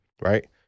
right